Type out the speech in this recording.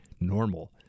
normal